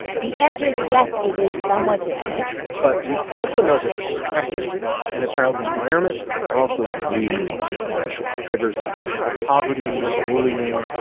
the answer is yes, it is somewhat genetic but we also know that stressors in a child's environment are also really influential, triggers like poverty, bullying,